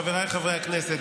חבריי חברי הכנסת,